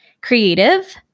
creative